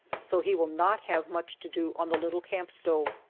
so he will not have much to do on the little camp stove.